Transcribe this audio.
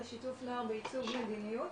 לשיתוף נוער בעיצוב מדיניות,